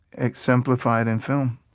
exemplified in film